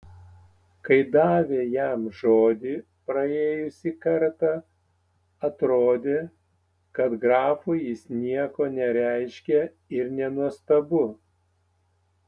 kai davė jam žodį praėjusį kartą atrodė kad grafui jis nieko nereiškia ir nenuostabu